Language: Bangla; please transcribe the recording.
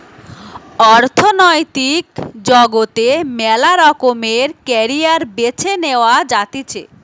অর্থনৈতিক জগতে মেলা রকমের ক্যারিয়ার বেছে নেওয়া যাতিছে